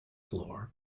floor